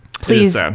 Please